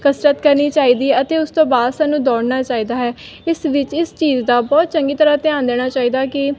ਕਸਰਤ ਕਰਨੀ ਚਾਹੀਦੀ ਹੈ ਅਤੇ ਉਸ ਤੋਂ ਬਾਅਦ ਸਾਨੂੰ ਦੌੜਨਾ ਚਾਹੀਦਾ ਹੈ ਇਸ ਵਿੱਚ ਇਸ ਚੀਜ਼ ਦਾ ਬਹੁਤ ਚੰਗੀ ਤਰ੍ਹਾਂ ਧਿਆਨ ਦੇਣਾ ਚਾਹੀਦਾ ਕਿ